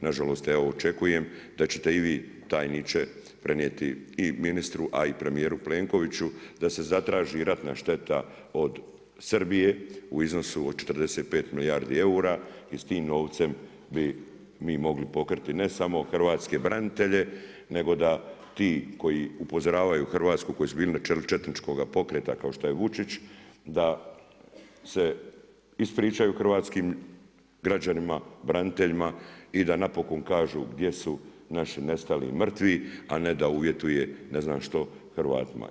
Na žalost evo očekujem da ćete i vi tajniče prenijeti i ministru, a i premijeru Plenkoviću, da se zatraži ratna šteta od Srbije u iznosu od 45 milijardi eura i s tim novcem bi mi mogli pokriti ne samo hrvatske branitelje, nego da ti koji upozoravaju Hrvatsku, koji su bili na čelu četničkoga pokreta kao što je Vučić, da se ispričaju hrvatskim građanima, braniteljima i da napokon kažu gdje su naši nestali mrtvi, a ne da uvjetuje ne znam što Hrvatima.